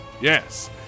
Yes